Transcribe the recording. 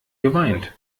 geweint